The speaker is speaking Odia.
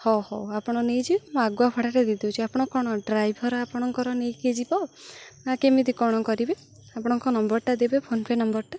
ହଉ ହଉ ଆପଣ ନେଇଯିବେ ମୁଁ ଆଗୁଆ ଭଡ଼ାରେ ଦେଇଦେଉଛି ଆପଣ କ'ଣ ଡ୍ରାଇଭର୍ ଆପଣଙ୍କର ନେଇକି ଯିବ ନା କେମିତି କ'ଣ କରିବେ ଆପଣଙ୍କ ନମ୍ବର୍ଟା ଦେବେ ଫୋନ୍ ପେ ନମ୍ବର୍ଟା